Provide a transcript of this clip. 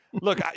Look